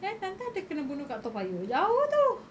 then entah entah dia kena bunuh kat toa payoh jauh tu